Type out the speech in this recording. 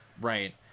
Right